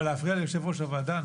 אבל להפריע ליושב-ראש הוועדה?